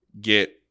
get